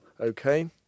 okay